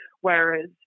whereas